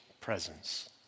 presence